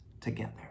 together